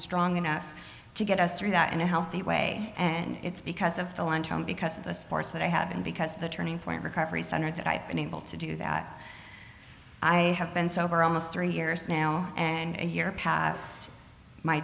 strong enough to get us through that in a healthy way and it's because of the law because of the sports that i have and because of the turning point recovery center that i have been able to do that i have been sober almost three years now and a year past my